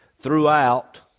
throughout